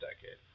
decade